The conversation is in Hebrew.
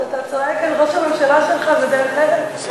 כשאתה צועק על ראש הממשלה שלך זה דרך-ארץ?